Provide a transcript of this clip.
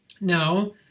Now